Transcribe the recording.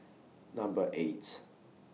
Number eight